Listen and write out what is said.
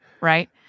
right